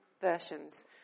versions